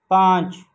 پانچ